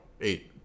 eight